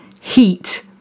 heat